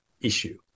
issue